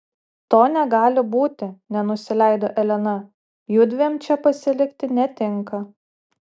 to negali būti nenusileido elena judviem čia pasilikti netinka